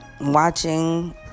Watching